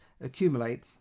accumulate